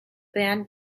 band